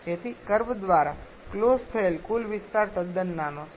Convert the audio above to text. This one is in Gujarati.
તેથી કર્વ દ્વારા ક્લોઝ થયેલ કુલ વિસ્તાર તદ્દન નાનો છે